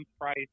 price